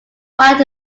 white